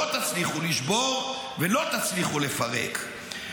לא תצליחו לשבור ולא תצליחו לפרק.